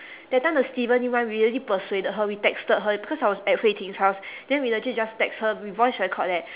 that time the steven lim one we really persuaded her we texted her because I was at hui ting's house then we legit just text her we voice record leh